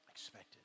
expected